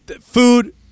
food